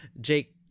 Jake